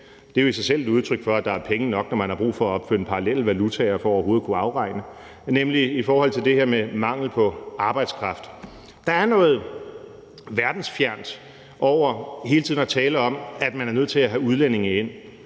det er jo i sig selv et udtryk for, at der er penge nok, når man har brug for at opfinde parallelle valutaer for overhovedet at kunne afregne – nemlig i forhold til det her med mangel på arbejdskraft. Der er noget verdensfjernt over hele tiden at tale om, at man er nødt til at have udlændinge ind.